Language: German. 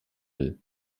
will